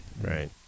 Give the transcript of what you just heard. Right